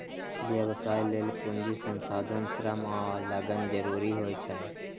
व्यवसाय लेल पूंजी, संसाधन, श्रम आ लगन जरूरी होइ छै